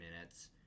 minutes